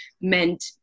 meant